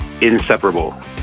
Inseparable